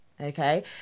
okay